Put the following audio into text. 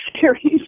series